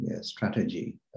strategy